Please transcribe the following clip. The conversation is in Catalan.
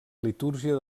litúrgia